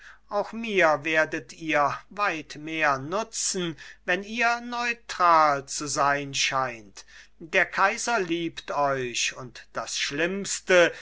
auch mir werdet ihr weit mehr nutzen wenn ihr neutral zu sein scheint der kaiser liebt euch und das schlimmste